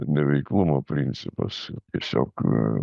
neveiklumo principas tiesiog